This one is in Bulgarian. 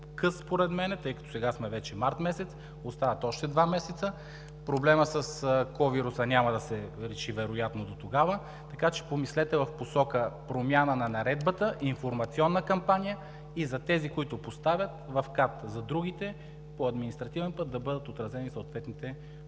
къс според мен, тъй като сега вече сме месец март, остават още два месеца. Проблемът с COVID-19 няма да се реши вероятно дотогава, така че помислете в посока промяна на наредбата, информационна кампания и за тези, които поставят – в КАТ, за другите – по административен път да бъдат отразени съответните технически